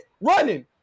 Running